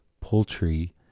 poultry